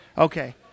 Okay